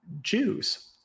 Jews